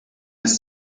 bis